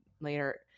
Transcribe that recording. later